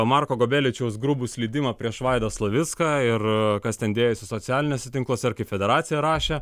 marko gobeličiaus grubų slydimą prieš vaidą slavicką ir kas ten dėjosi socialiniuose tinkluose ir kaip federacija rašė